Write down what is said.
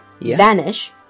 Vanish